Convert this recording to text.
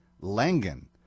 Langan